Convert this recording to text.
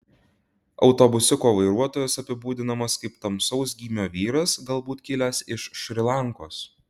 autobusiuko vairuotojas apibūdinamas kaip tamsaus gymio vyras galbūt kilęs iš šri lankos